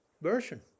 version